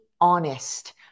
honest